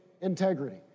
integrity